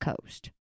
coast